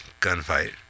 gunfight